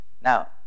Now